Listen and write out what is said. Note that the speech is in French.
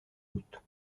doute